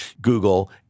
Google